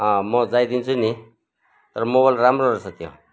म गइदिन्छु नि तर मोबाइल राम्रो रहेछ त्यो